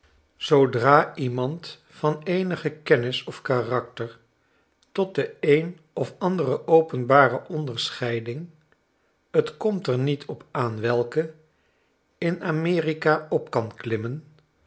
zoodra iemand van eenige kennis of karakter tot de een of andere openbare onderscheiding t komt er niet op aan welke in amerika op kan